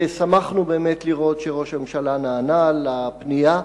שמחנו באמת לראות שראש הממשלה נענה לפנייה,